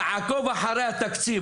תעקוב אחרי התקציב,